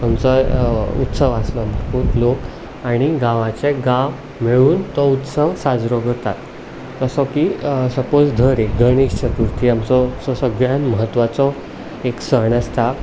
खंयचोय उत्सव आसलो लोक आनी गांवाचे गांव मेळून तो उत्सव साजरो करतात जसो की सपोझ धर एक गणेश चथुर्ती आमचो जो सगळ्यांत म्हत्वाचो एक सण आसता